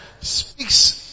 speaks